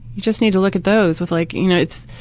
you just need to look at those with like, you know, it's,